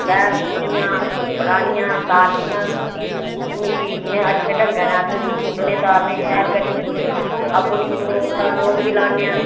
शैल गुड्डनियां बनानियां तालनियां उ'नेंगी इन्ने अच्छे ढगै कन्नै तालने शैल करी आपूं नेईं गड़ौन तां लोक बी लान्ने आं